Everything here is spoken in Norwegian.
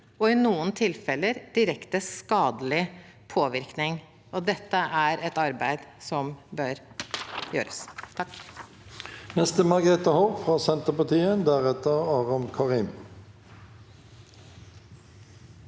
og i noen tilfeller direkte skadelig påvirkning. Dette er et arbeid som bør gjøres.